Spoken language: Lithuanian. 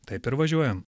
taip ir važiuojam